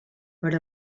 per